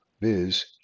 viz